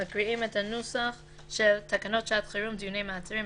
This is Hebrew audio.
מקריאים את הנוסח של תקנות שעת חירום (דיוני מעצרים),